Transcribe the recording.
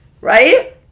Right